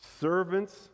Servants